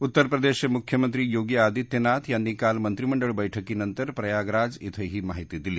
उत्तर प्रदेशचे मुख्यमंत्री योगी आदित्यनाथ यांनी काल मंत्रिमंडळ बैठकीनंतर प्रयागराज ा ्व ही माहिती दिली